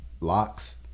Locks